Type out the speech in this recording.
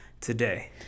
today